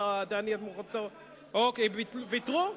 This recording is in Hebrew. ויתרו?